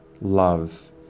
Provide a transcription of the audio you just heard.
love